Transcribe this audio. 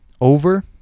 over